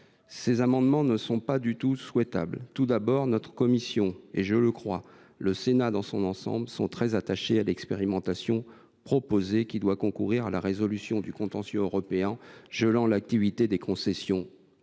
Leur adoption n’est pas du tout souhaitable. Tout d’abord, notre commission et, je le crois, le Sénat dans son ensemble sont très attachés à l’expérimentation proposée, qui doit concourir à la résolution du contentieux européen gelant l’activité des concessions